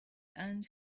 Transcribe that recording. and